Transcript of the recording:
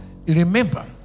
Remember